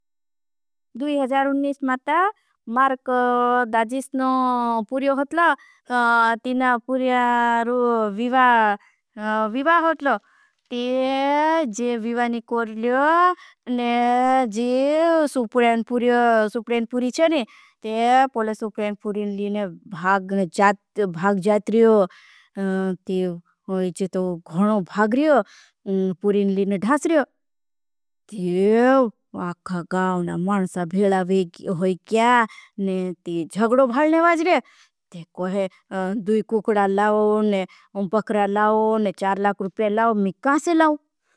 2019 में, मार्क दाजिस पुरिया पुरिया पुरिया पुरिया पुरिया पुरिया पुरिया पुरिया पुरिया पुरिया पुरिया पुरिया पुरिया पुरिया पुरिया पुरिया पुरिया पुरिया पुरिया पुरिया पुरिया पुरिया पुरिया पुरिया पुरिया पुरि मणस भेला होई क्या? जग्डो भाडने मा जुरद, ते कोहे दू कुकरा लाओ ने औं पकरा लाओ, ने छार लाक रुपयलाओ, म्यां काएं से लाओ?